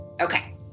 Okay